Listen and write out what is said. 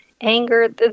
anger